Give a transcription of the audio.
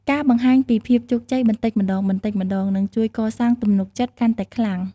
ការបង្ហាញពីភាពជោគជ័យបន្តិចម្តងៗ នឹងជួយកសាងទំនុកចិត្តកាន់តែខ្លាំង។